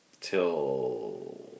till